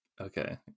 Okay